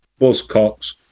Buzzcocks